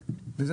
דביט.